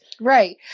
Right